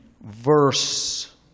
Verse